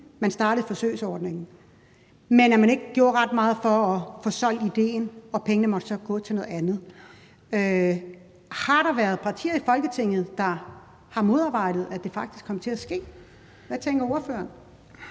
man startede forsøgsordningen. Men man gjorde ikke ret meget for at få solgt idéen, og pengene måtte så gå til noget andet. Har der været partier i Folketinget, der har modarbejdet, at det faktisk kom til at ske? Hvad tænker ordføreren?